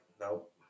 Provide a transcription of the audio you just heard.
nope